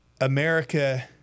America